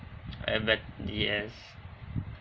have a yes